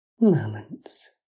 moments